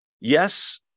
yes